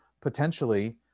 potentially